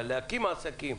להקים עסקים,